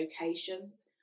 locations